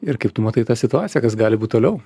ir kaip tu matai tą situaciją kas gali būt toliau